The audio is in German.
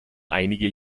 einige